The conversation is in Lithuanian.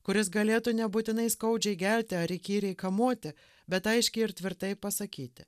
kuris galėtų nebūtinai skaudžiai įgelti ar įkyriai kamuoti bet aiškiai ir tvirtai pasakyti